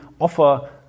offer